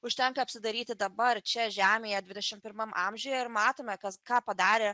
užtenka apsidairyti dabar čia žemėje dvidešim pirmam amžiuje ir matome ką padarė